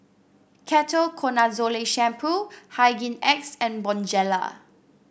Ketoconazole Shampoo Hygin X and Bonjela